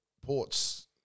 Port's